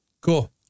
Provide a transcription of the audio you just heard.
cool